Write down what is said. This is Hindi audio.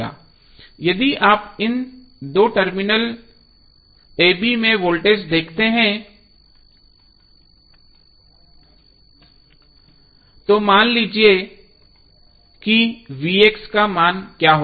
यदि आप इन दो टर्मिनल ab में वोल्टेज देखते हैं तो मान लीजिए कि का मान क्या होगा